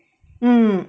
mm